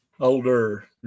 Older